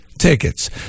tickets